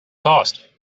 cost